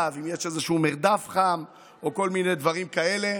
אם יש איזשהו מרדף חם או כל מיני דברים כאלה.